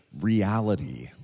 reality